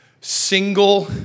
single